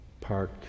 Park